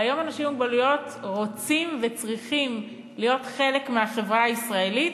והיום אנשים עם מוגבלויות רוצים וצריכים להיות חלק מהחברה הישראלית.